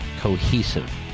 cohesive